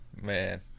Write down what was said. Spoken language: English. Man